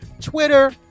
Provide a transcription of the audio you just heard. Twitter